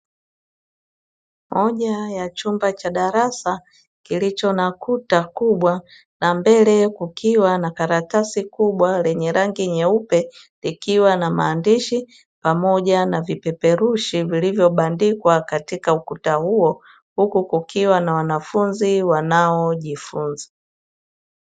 Moja ya chumba cha darasa kilicho na kuta kubwa na mbele kukiwa na karatasi kubwa lenye rangi nyeupe likiwa na maandishi pamoja na vipeperushi vilivyobandikwa katika ukuta huo huku kukiwa na wanafunzi wanaojifunza.